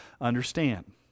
understand